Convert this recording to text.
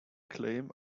claim